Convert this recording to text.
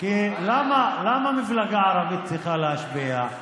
כי למה מפלגה ערבית צריכה להשפיע?